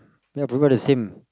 ya people are the same